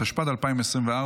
התשפ"ד 2024,